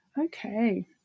okay